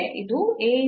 ಇದು ಮತ್ತು